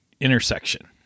intersection